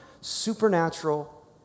Supernatural